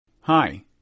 Hi